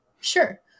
Sure